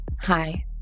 Hi